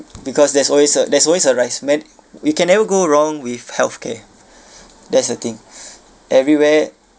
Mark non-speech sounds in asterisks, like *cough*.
because there's always uh there's always a rise med~ we can never go wrong with health care *breath* that's the thing *breath* everywhere